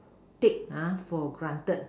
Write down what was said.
take ah for granted